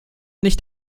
nicht